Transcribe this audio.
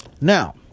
Now